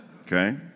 okay